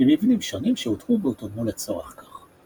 במבנים שונים שאותרו והותאמו לצורך כך.